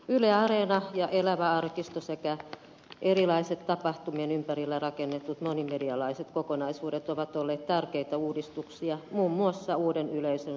yle areena ja elävä arkisto sekä erilaiset tapahtumien ympärille rakennetut monimedialliset kokonaisuudet ovat olleet tärkeitä uudistuksia muun muassa uuden yleisön saavuttamiseksi